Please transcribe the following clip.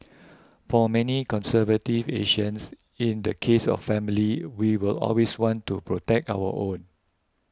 for many conservative Asians in the case of family we will always want to protect our own